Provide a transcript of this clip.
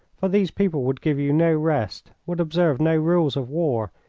for these people would give you no rest, would observe no rules of war,